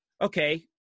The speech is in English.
Okay